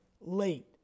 late